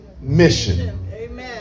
mission